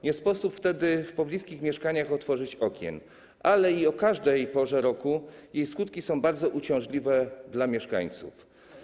Nie sposób wtedy w pobliskich mieszkaniach otworzyć okien, ale i o każdej porze roku skutki są bardzo uciążliwe dla mieszkańców.